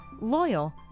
loyal